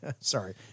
Sorry